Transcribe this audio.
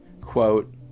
quote